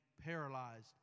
paralyzed